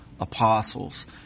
apostles